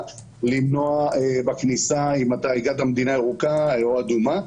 למנוע בכניסה אם הגעת ממדינה ירוקה או אדומה.